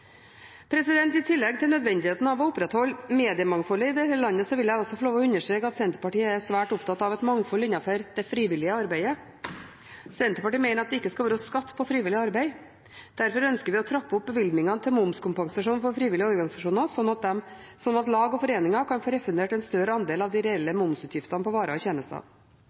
I tillegg til nødvendigheten av å opprettholde mediemangfoldet i dette landet, vil jeg også få understreke at Senterpartiet er svært opptatt av et mangfold innenfor det frivillige arbeidet. Senterpartiet mener at det ikke skal være skatt på frivillig arbeid. Derfor ønsker vi å trappe opp bevilgningene til momskompensasjon for frivillige organisasjoner, slik at lag og foreninger kan få refundert en større andel av de reelle momsutgiftene på varer og tjenester.